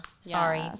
Sorry